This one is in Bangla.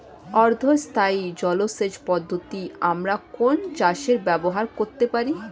অর্ধ স্থায়ী জলসেচ পদ্ধতি আমরা কোন চাষে ব্যবহার করতে পারি?